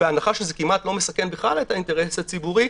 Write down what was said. כמעט לא מסכן בכלל את האינטרס הציבורי,